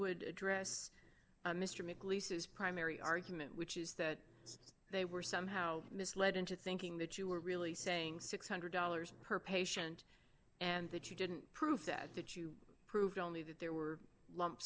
whose primary argument which is that they were somehow misled into thinking that you were really saying six hundred dollars per patient and that you didn't prove that that you proved only that there were lump